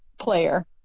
player